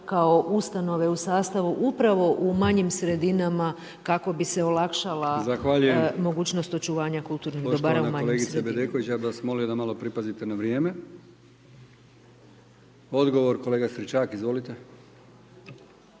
kao ustanove u sastavu upravo u manjim sredinama kako bi se olakšala mogućnost očuvanja kulturnih dobara u manjim sredinama.